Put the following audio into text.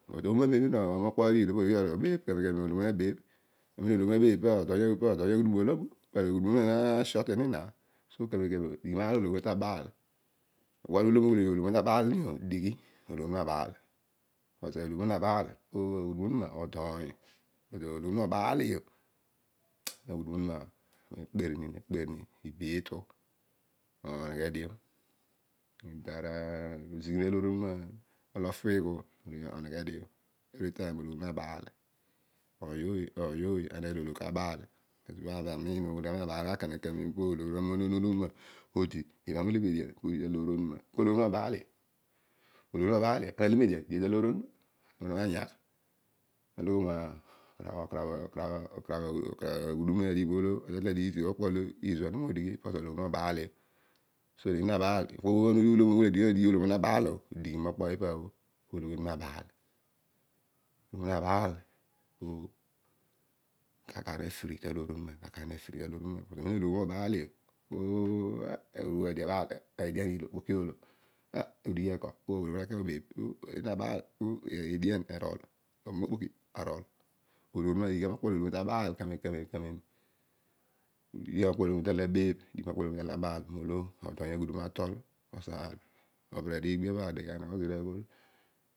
But ooma amemio na. oamo kpa dio bhe nedighi gha molo ologhi oiy kabeebh amem ologhi onuma na bebh pa aghuduin onuma na short ni na. so kamem kamem dighi maar lo ologhi onuma kabaal. obho ologhi onuma tabaal ni bho dighi ologhi onuma abaal. because ologhi onuma obadio. aghudum onuma ta kper ni iitu oneghe dio orol ozighe aloor onuma. niphighu oneghe dio. Everytime ologhi onuma abaal. oiy ooy ologhi obhe abaal gha kamem kamem ologhi onuma obaalio. ana ale median idighio taloor ounma. pana nyagh. taloghom okarabh aghudum na digh olo ana ta toll adighi mokyso lo izuanio zina mo dighi because ologhi onuma obaalio so ologhi naball poomookpo ipa nedighi lo ologhi ka aball o dighi mokpo ipabho ologhi nabaal. po kaar kaar na free taloor onuma but ibha ologhi obaal no po. adio abaal edian iilo okpoki oolo pologhi onuma na ke mo beebh so nabaal po ugeiy edian erol. obam okpoki arol. Dighi gua mokpo lo ologhi onuma tatol abaal kamem kamem. udighi gha mokpo lo ologhi onuma tatol abeebh. dighi mokpo lo ologhi onuma ta baal molo oodoiy aghudum atol because abhener ligiabho adeghe anogho zira aghol